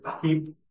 keep